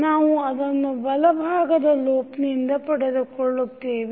ನಾವು ಅದನ್ನು ಬಲಭಾಗದ ಲೂಪ್ ನಿಂದ ಪಡೆದುಕೊಳ್ಳುತ್ತೇವೆ